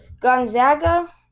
Gonzaga